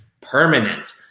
permanent